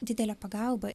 didelę pagalbą